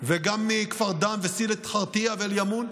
וגם מכפר דאן וסילת אל-ח'רית'יה ואל-יאמון,